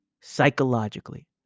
Psychologically